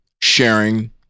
sharing